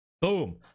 Boom